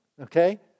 Okay